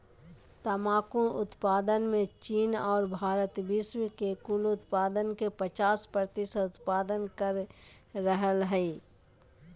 तंबाकू उत्पादन मे चीन आर भारत विश्व के कुल उत्पादन के पचास प्रतिशत उत्पादन कर रहल हई